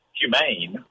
humane